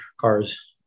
cars